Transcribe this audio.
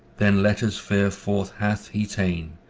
then letters fair forth hath he ta'en,